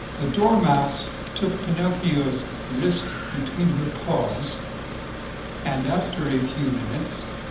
the dormouse took pinocchio's wrist between her paws and, after a few minutes,